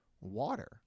water